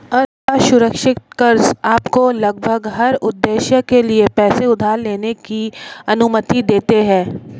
असुरक्षित कर्ज़ आपको लगभग हर उद्देश्य के लिए पैसे उधार लेने की अनुमति देते हैं